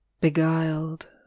beguiled